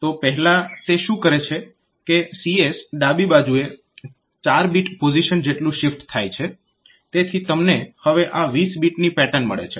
તો પહેલા તે શું કરે છે કે CS ડાબી બાજુએ 4 બીટ પોઝીશન જેટલું શિફ્ટ થાય છે તેથી તમને હવે આ 20 બીટની પેટર્ન મળે છે